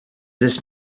this